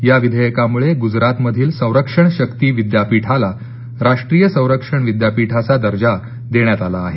या विधेयकामुळे गुजरातमधील संरक्षण शक्ती विद्यापीठाला राष्ट्रीय संरक्षण विद्यापीठाचा दर्जा देण्यात आला आहे